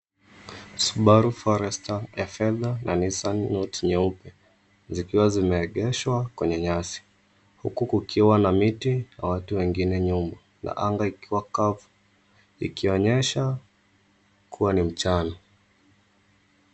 Subaru Forester ya fedha na Nissan Note nyeupe zikiwa zimeegeshwa kwenye nyasi huku kukiwa na miti na watu wengine nyuma na anga ikiwa kavu ikionyesha kuwa ni mchana.